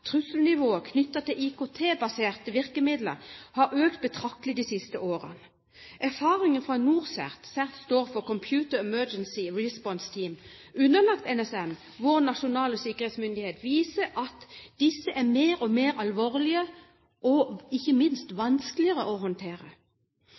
trusselnivået knyttet til IKT-baserte virkemidler har økt betraktelig de siste årene. Erfaringer fra NorCERT – CERT står for Computer Emergency Response Team – underlagt NSM, vår nasjonale sikkerhetsmyndighet, viser at dette blir det stadig mer alvorlig, og ikke minst